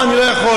פה אני לא יכול.